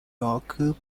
yorker